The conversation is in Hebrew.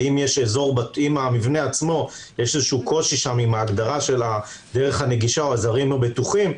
ואם במבנה יש איזה קושי עם ההגדרה של הדרך הנגישה או העזרים הבטוחים,